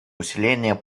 усиления